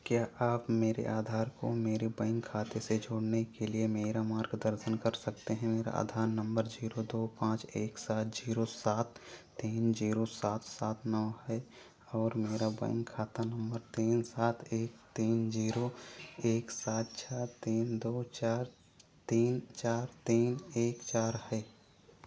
क्या आप मेरे आधार को मेरे बैंक खाते से जोड़ने के लिए मेरा मार्गदर्शन कर सकते हैं मेरा आधार नम्बर जीरो दो पाँच एक सात जीरो सात तीन जीरो सात सात नौ है और मेरा बैंक खाता नम्बर तीन सात एक तीन जीरो एक सात छः तीन दो चार तीन चार तीन एक चार है